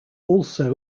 also